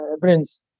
prince